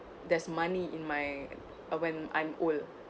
there's money in my uh when I'm old